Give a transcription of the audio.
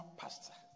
pastor